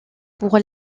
pour